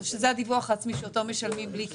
שזה הדיווח העצמי שאותו משלמים בלי קשר,